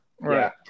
right